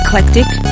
Eclectic